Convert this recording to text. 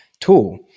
tool